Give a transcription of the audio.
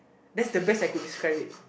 that's the best I could describe it